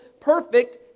perfect